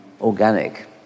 organic